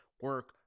Work